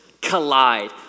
Collide